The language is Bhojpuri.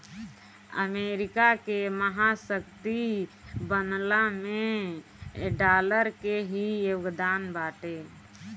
अमेरिका के महाशक्ति बनला में डॉलर के ही योगदान बाटे